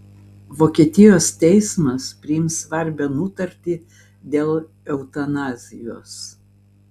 vokietijos teismas priims svarbią nutartį dėl eutanazijos